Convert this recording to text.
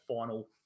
final